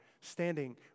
standing